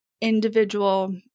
individual